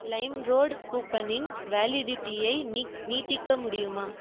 Lime road கூப்பனின் வேலிடிட்டியை நீ நீட்டிக்க முடியுமா